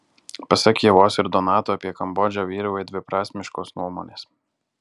pasak ievos ir donato apie kambodžą vyrauja dviprasmiškos nuomonės